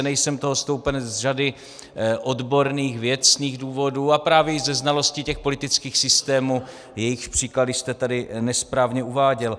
Nejsem toho stoupenec z řady odborných věcných důvodů a právě již ze znalosti politických systémů, jejichž příklady jste tady nesprávně uváděl.